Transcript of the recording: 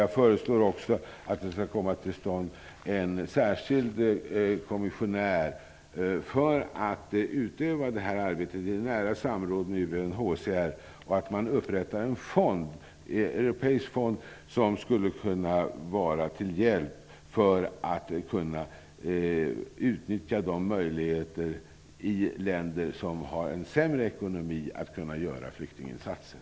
Jag vill jag också att vi får till stånd en särskild kommissionär för att utöva det här arbetet i nära samråd med UNHCR och att en europeisk fond upprättas som skulle kunna vara till hjälp, så att det i de länder som har en sämre ekonomi går att utnyttja möjligheterna att göra flyktinginsatser.